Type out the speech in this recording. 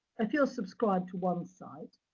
if you're subscribed to one site,